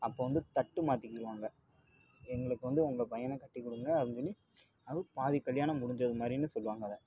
அப்போ வந்து தட்டு மாற்றிக்கிருவாங்க எங்களுக்கு வந்து உங்கள் பையன கட்டி கொடுங்க அப்படின்னு அதுவும் பாதி கல்யாணம் முடிஞ்சது மாதிரின்னு சொல்லுவாங்க அதை